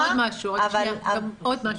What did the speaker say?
אני אגיד גם עוד משהו, רק שנייה.